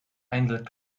eindelijk